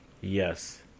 Yes